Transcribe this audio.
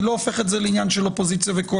אני לא הופך את זה לעניין של אופוזיציה וקואליציה.